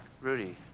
Rudy